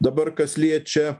dabar kas liečia